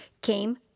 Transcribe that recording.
came